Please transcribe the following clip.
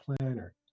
planner